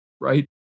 right